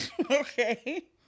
Okay